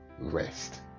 rest